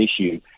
issue